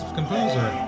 composer